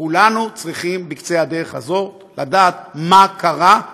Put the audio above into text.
כולנו צריכים בקצה הדרך הזאת לדעת מה קרה,